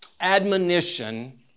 admonition